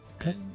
okay